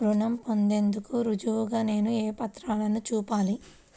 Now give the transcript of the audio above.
రుణం పొందేందుకు రుజువుగా నేను ఏ పత్రాలను చూపాలి?